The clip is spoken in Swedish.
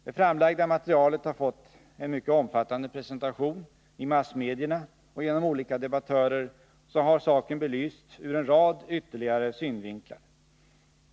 Det framlagda materialet har fått en mycket omfattande presentation i massmedierna, och genom olika debattörer har saken belysts ur en rad ytterligare synvinklar.